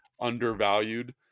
undervalued